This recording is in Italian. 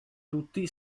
tutti